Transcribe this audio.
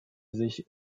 sich